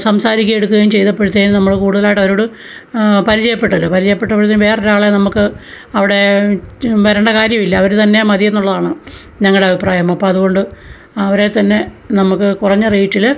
സംസാരിക്കുക എടുക്കുകയും ചെയ്തപ്പോഴത്തേക്കും നമ്മൾ കൂടുതലയിട്ട് അവരോട് പരിചയപ്പെട്ടല്ലോ പരിചയപെട്ടപ്പോഴത്തേക്കും വേറെ ഒരാളെ നമ്മൾക്ക് അവിടേ വരേണ്ട കാര്യവില്ല അവർ തന്നെ മതി എന്നുള്ളതാണ് ഞങ്ങളുടെ അഭിപ്രായം അപ്പം അതുകൊണ്ട് അവരെ തന്നെ നമുക്ക് കുറഞ്ഞ റേറ്റിൽ